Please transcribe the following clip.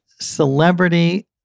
Celebrity